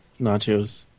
nachos